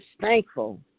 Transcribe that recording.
thankful